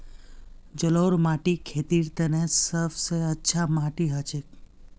जलौढ़ माटी खेतीर तने सब स अच्छा माटी हछेक